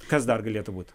kas dar galėtų būt